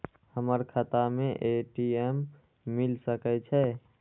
हमर खाता में ए.टी.एम मिल सके छै?